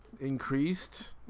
Increased